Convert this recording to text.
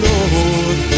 Lord